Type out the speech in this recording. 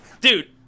dude